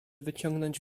wyciągnąć